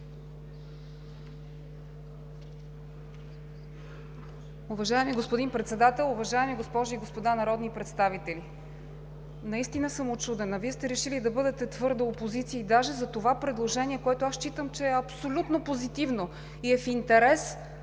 Уважаеми господин Председател, уважаеми госпожи и господа народни представители! Наистина съм учудена. Вие сте решили да бъдете твърда опозиция, даже за това предложение, което аз считам, че е абсолютно позитивно и е в интерес